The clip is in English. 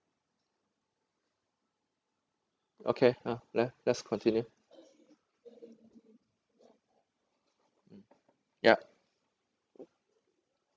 okay uh let let's continue yup